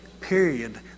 period